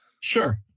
Sure